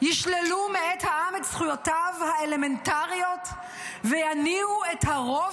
ישללו מאת העם את זכויותיו האלמנטריות ויניעו את 'הרוב